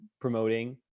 promoting